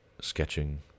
sketching